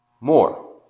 more